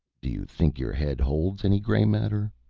do you think your head holds any gray matter?